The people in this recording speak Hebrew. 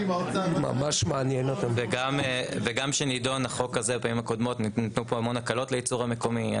גם כשנידון החוק הזה בפעמים הקודמות ניתנו פה המון הקלות לייצור המקומי.